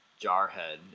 Jarhead